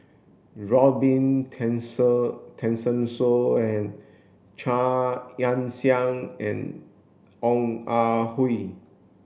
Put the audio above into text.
Robin Tessensohn and Chia Ann Siang and Ong Ah Hoi